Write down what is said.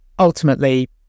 Ultimately